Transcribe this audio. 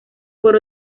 por